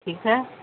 ٹھیک ہے